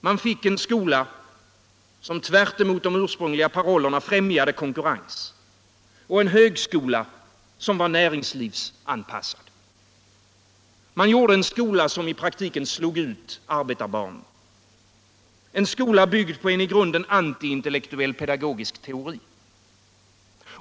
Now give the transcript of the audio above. Vi fick en skola som tvärtemot de ursprungliga parollerna främjade konkurrens och en högskola som var närlingslivsanpassad. Man gjorde en skola som i prak Allmänpolitisk debatt Allmänpolitisk debatt tiken slog ut arbetarbarnen, en skola byggd på en i grunden anti-intellektuell pedagogisk teori.